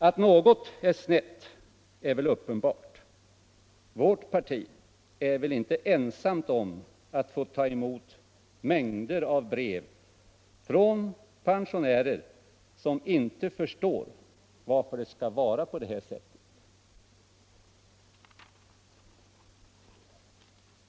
Att något är snett är uppenbart. Vårt parti är väl inte ensamt om att få ta emot mängder av brev från pensionärer som inte förstår varför det skall vara på det här sättet.